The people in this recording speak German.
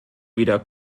weder